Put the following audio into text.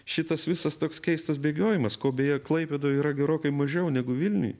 šitas visas toks keistas bėgiojimas ko beje klaipėdoj yra gerokai mažiau negu vilniuj